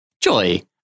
Joy